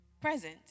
present